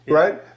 right